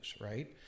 right